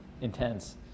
intense